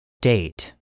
Date